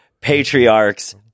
patriarch's